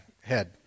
head